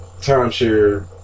timeshare